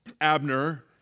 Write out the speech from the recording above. Abner